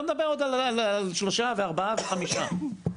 לא מדבר על שלושה וארבעה וחמישה.